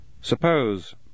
Suppose